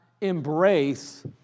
embrace